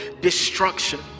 destruction